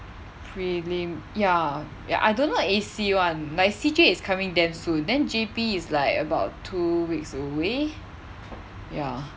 prelim ya ya I don't know A_C [one] like C_J is coming damn soon then J_P is like about two weeks away ya